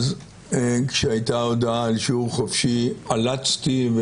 כשהייתה הודעה על שיעור חופשי עלצתי,